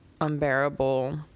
unbearable